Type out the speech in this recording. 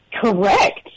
correct